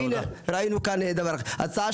ראינו כאן דבר כזה.